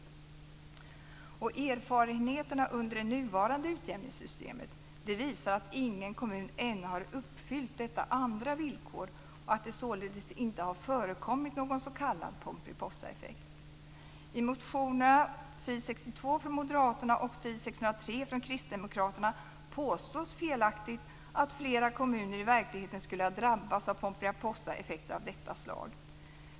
Erfarenheterna under det nuvarande utjämningssystemet visar att ingen kommun ännu har uppfyllt detta andra villkor och att det således inte har förekommit någon s.k. Pomperipossaeffekt. I motionerna "Pomperipossaeffekter" av detta slag.